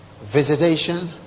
visitation